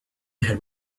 had